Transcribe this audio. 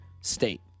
State